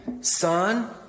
Son